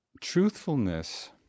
Truthfulness